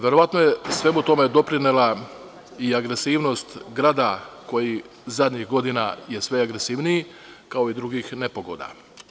Verovatno je svemu tome doprinela i agresivnog grada koji je zadnjih godina sve agresivniji, kao i drugih nepogoda.